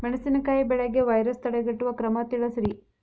ಮೆಣಸಿನಕಾಯಿ ಬೆಳೆಗೆ ವೈರಸ್ ತಡೆಗಟ್ಟುವ ಕ್ರಮ ತಿಳಸ್ರಿ